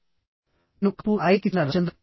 నేను కాన్పూర్ ఐఐటి కి చెందిన రవిచంద్రన్